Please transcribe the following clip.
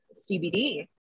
CBD